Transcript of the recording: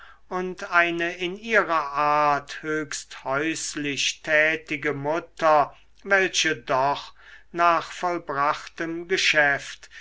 und eine in ihrer art höchst häuslich tätige mutter welche doch nach vollbrachtem geschäft